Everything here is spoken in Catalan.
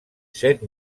set